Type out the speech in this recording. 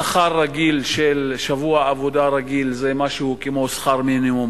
שכר רגיל של שבוע עבודה רגיל זה משהו כמו שכר מינימום,